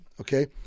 Okay